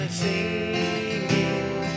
singing